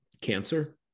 cancer